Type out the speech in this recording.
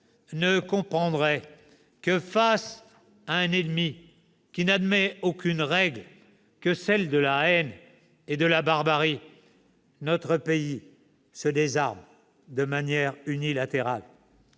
-ne comprendrait que, face à un ennemi n'admettant aucune autre règle que celle de la haine et la barbarie, notre pays se désarme de manière unilatérale.